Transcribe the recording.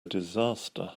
disaster